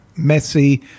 Messi